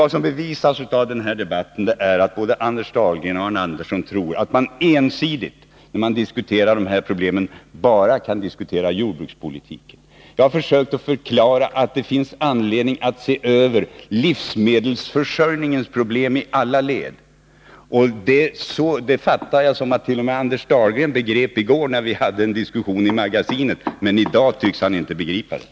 Vad som bevisas av den här debatten är att både Anders Dahlgren och Arne Andersson tror att man ensidigt kan diskutera jordbrukspolitiken när man talar om de här problemen. Jag har försökt att förklara att det finns anledning att se över livsmedelsförsörjningens problem i alla led. Jag uppfattade det så att t.o.m. Anders Dahlgren begrep det i går, när vi hade en diskussion i TV-programmet Magasinet, men i dag tycks han inte begripa det.